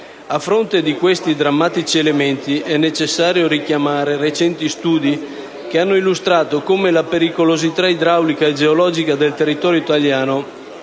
A fronte di questi drammatici elementi è necessario richiamare recenti studi che hanno illustrato come la pericolosità idraulica e geologica del territorio italiano